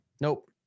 nope